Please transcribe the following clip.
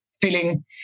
feeling